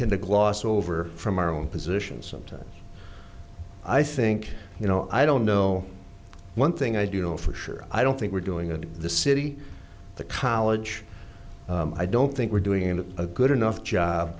tend to gloss over from our own positions sometimes i think you know i don't know one thing i do know for sure i don't think we're doing it in the city the college i don't think we're doing it in a good enough job